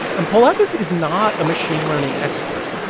and polakis is not a machine learning expert.